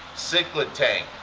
cichlid tank.